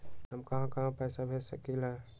हम कहां कहां पैसा भेज सकली ह?